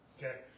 Okay